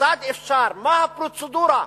כיצד אפשר, מה הפרוצדורה,